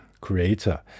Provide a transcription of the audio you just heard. Creator